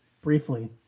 briefly